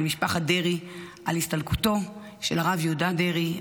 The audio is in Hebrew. משפחת דרעי על הסתלקותו של הרב יהודה דרעי,